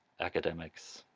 academics,